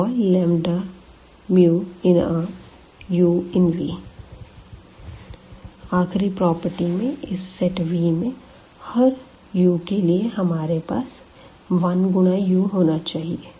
λμuλuμu∀λμ∈Ru∈V आखरी प्रॉपर्टी में इस सेट V में हर u के लिए हमारे पास 1 गुणा u होना चाहिए